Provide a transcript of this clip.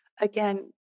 again